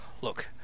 look